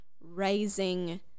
Raising